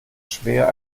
schwer